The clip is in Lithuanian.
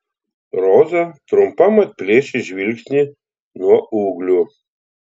roza trumpam atplėšė žvilgsnį nuo ūglių